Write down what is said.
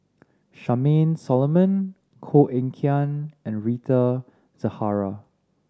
Charmaine Solomon Koh Eng Kian and Rita Zahara